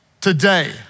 today